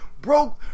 broke